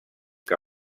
que